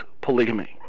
polygamy